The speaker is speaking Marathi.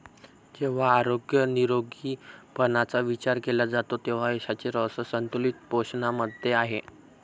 जेव्हा आरोग्य निरोगीपणाचा विचार केला जातो तेव्हा यशाचे रहस्य संतुलित पोषणामध्ये आहे